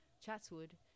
Chatswood